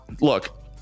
look